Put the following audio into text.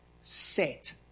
set